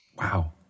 Wow